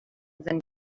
and